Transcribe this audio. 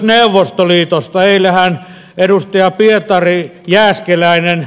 eilenhän edustaja pietari jääskeläinen